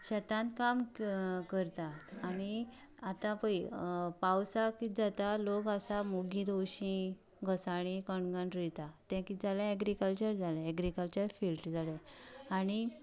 शेतांत काम करता आनी आतां पळय पावसांत कितें जाता लोक आतां मुगी तवशीं घोंसाळीं कणगां रोयतात तें कितें जालें एगरिकलचर जालें एगरिकलचर फिल्ड जालें आनी